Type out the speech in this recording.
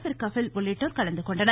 per Kapil உள்ளிட்டோர் கலந்துகொண்டனர்